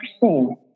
seen